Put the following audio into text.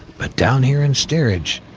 but down here in steerage,